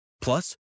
Plus